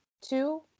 Two